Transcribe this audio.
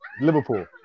Liverpool